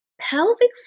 pelvic